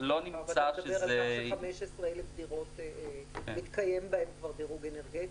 אתה מדבר על למעלה מ-15,000 דירות שמתקיים בהם כבר דירוג אנרגטי.